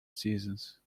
seasons